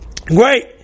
great